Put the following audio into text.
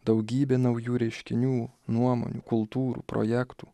daugybė naujų reiškinių nuomonių kultūrų projektų